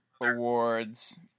awards